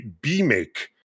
B-make